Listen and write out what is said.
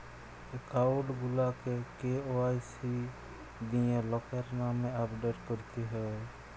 account গুলাকে KYC দিঁয়ে লকের লামে আপডেট ক্যরতে হ্যয়